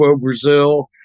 Brazil